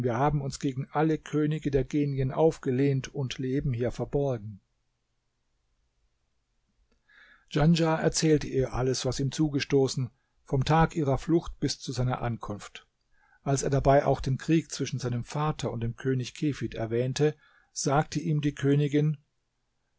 wir haben uns gegen alle könige der genien aufgelehnt und leben hier verborgen djanschah erzählte ihr alles was ihm zugestoßen vom tag ihrer flucht bis zu seiner ankunft als er dabei auch den krieg zwischen seinem vater und dem könig kefid erwähnte sagte ihm die königin